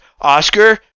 Oscar